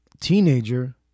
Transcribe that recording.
teenager